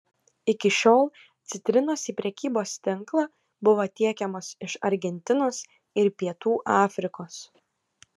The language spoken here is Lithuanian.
iki šiol citrinos į prekybos tinklą buvo tiekiamos iš argentinos ir pietų afrikos